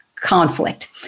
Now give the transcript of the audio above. conflict